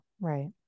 right